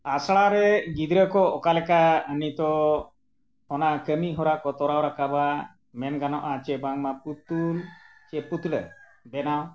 ᱟᱥᱲᱟᱨᱮ ᱜᱤᱫᱽᱨᱟᱹ ᱠᱚ ᱚᱠᱟ ᱞᱮᱠᱟ ᱱᱤᱛᱳᱜ ᱚᱱᱟ ᱠᱟᱹᱢᱤᱦᱚᱨᱟ ᱠᱚ ᱛᱚᱨᱟᱣ ᱨᱟᱠᱟᱵᱟ ᱢᱮᱱ ᱜᱟᱱᱚᱜᱼᱟ ᱥᱮ ᱵᱟᱝᱢᱟ ᱯᱩᱛᱩᱞ ᱥᱮ ᱯᱩᱛᱲᱟᱹ ᱵᱮᱱᱟᱣ